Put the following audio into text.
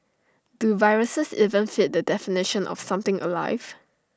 do viruses even fit the definition of something alive